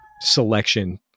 selection